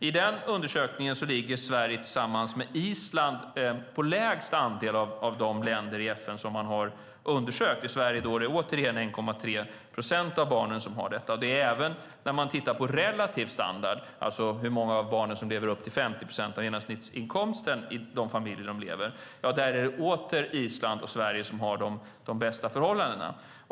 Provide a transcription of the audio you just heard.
I den undersökningen ligger Sverige tillsammans med Island på lägst andel av de länder i FN som man har undersökt. I Sverige är det återigen 1,3 procent av barnen. Även sett till relativ standard, alltså hur många av barnen som lever i familjer som har upp till 50 procent av genomsnittsinkomsten, är det åter Island och Sverige som har de bästa förhållandena.